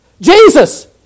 Jesus